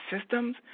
systems